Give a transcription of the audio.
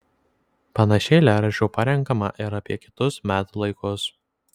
panašiai eilėraščių parenkama ir apie kitus metų laikus